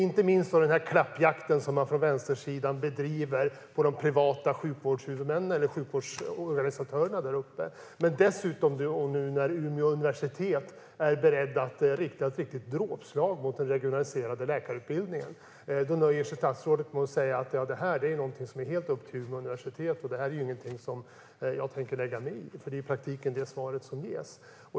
Inte minst gäller det den klappjakt som man från vänstersidan bedriver på de privata sjukvårdsorganisatörerna där uppe. Och nu är Umeå universitet berett att rikta ett verkligt dråpslag mot den regionaliserade läkarutbildningen. Statsrådet nöjer sig med att säga att detta är upp till Umeå universitet och att hon inte tänker lägga sig i det. Det är ju i praktiken det svaret som ges.